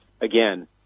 again